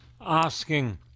asking